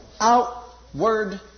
Outward